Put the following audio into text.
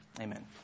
amen